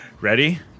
Ready